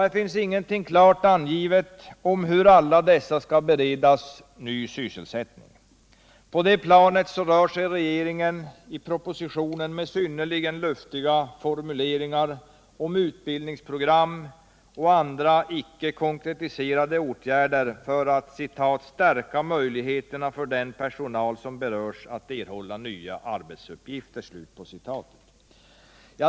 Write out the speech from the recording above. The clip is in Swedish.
Här finns ingenting klart angivet om hur alla dessa skall beredas ny sysselsättning. På det planet rör sig regeringen i propositionen med synnerligen luftiga formuleringar om utbildningsprogram och andra icke konkretiserade åtgärder för att ”stärka möjligheterna för den personal som berörs att erhålla nya arbetsuppgifter”.